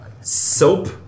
Soap